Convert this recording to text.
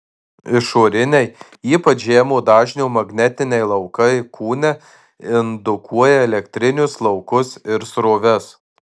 išoriniai ypač žemo dažnio magnetiniai laukai kūne indukuoja elektrinius laukus ir sroves